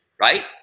right